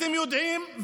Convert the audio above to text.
אתם יודעים,